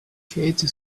katie